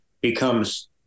becomes